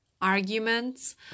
arguments